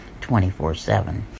24-7